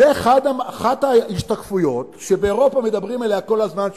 זו אחת ההשתקפויות שבאירופה מדברים עליה כל הזמן,